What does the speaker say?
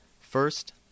First